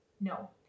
No